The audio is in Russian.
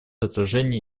отражение